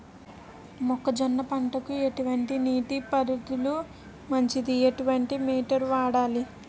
మొక్కజొన్న పంటకు ఎటువంటి నీటి పారుదల మంచిది? ఎటువంటి మోటార్ వాడాలి?